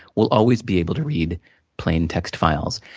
we'll always be able to read plain text files.